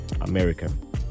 american